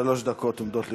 שלוש דקות עומדות לרשותך.